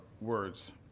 words